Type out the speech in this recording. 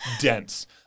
dense